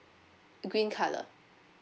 green colour